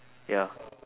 ya